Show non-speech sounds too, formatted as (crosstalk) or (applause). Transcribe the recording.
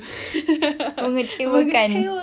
(laughs) mengecewakan